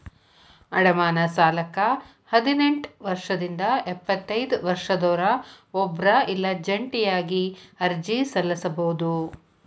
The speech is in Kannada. ಅಡಮಾನ ಸಾಲಕ್ಕ ಹದಿನೆಂಟ್ ವರ್ಷದಿಂದ ಎಪ್ಪತೈದ ವರ್ಷದೊರ ಒಬ್ರ ಇಲ್ಲಾ ಜಂಟಿಯಾಗಿ ಅರ್ಜಿ ಸಲ್ಲಸಬೋದು